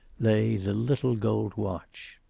lay the little gold watch.